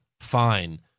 Fine